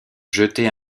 jetait